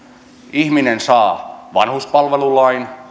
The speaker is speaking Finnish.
ihminen saa vanhuspalvelulain